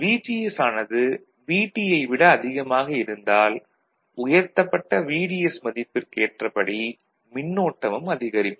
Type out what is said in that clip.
VGS ஆனது VT யை விட அதிகமாக இருந்தால் உயர்த்தப்பட்ட VDS மதிப்பிற்கு ஏற்றபடி மின்னோட்டமும் அதிகரிக்கும்